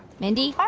mindy?